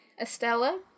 Estella